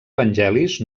evangelis